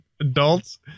adults